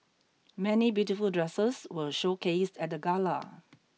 many beautiful dresses were showcased at the gala